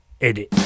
Edit